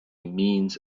means